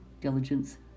diligence